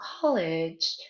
college